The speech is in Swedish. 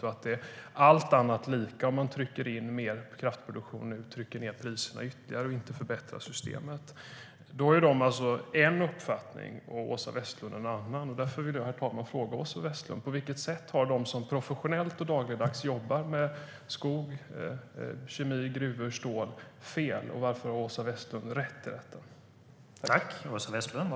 Om man nu trycker in mer kraftproduktion, allt annat lika, pressar man ned priserna och förbättrar inte systemet. Där har industrin en uppfattning och Åsa Westlund en annan. Därför vill jag fråga Åsa Westlund: På vilket sätt har de som professionellt och till dagligdags jobbar med skog, kemi, gruvor och stål fel, och varför har Åsa Westlund rätt i detta?